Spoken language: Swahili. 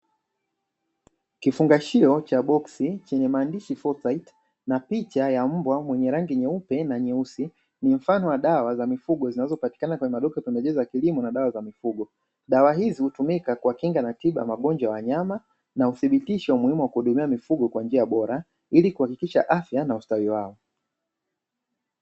Kifungashio cha boksi chenye maandishi "4CYTE" na picha ya mbwa mwenye rangi nyeupe na nyeusi. Ni mfano wa dawa za mifugo zinazopatikana kwenye maduka ya pembejeo za kilimo na dawa za mifugo. Dawa hizi hutumika kwa kinga na tiba ya magonjwa ya wanyama na huthibitisha umuhimu wa kuhudumia mifugo kwa njia bora ili kuhakikisha afya na ustawi wao.